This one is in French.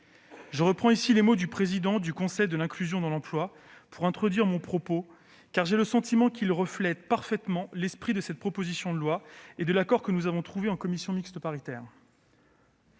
Je reprends ces mots du président du Conseil de l'inclusion dans l'emploi pour introduire mon propos, car j'ai le sentiment qu'ils reflètent parfaitement l'esprit de cette proposition de loi et de l'accord que nous avons trouvé en commission mixte paritaire.